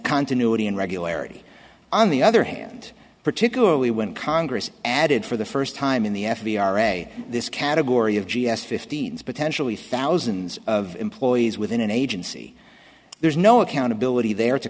continuity and regularity on the other hand particularly when congress added for the first time in the f b i are a this category of g s fifteen's potentially thousands of employees within an agency there's no accountability there to